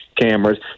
cameras